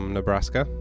Nebraska